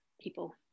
people